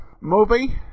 movie